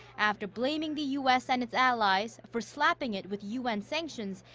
after blaming the u s. and its allies for slapping it with un sanctions,